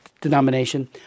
denomination